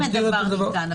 אם הדבר ניתן.